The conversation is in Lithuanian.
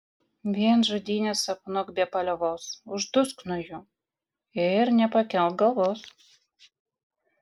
vien žudynes sapnuok be paliovos uždusk nuo jų ir nepakelk galvos